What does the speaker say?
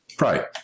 Right